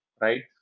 right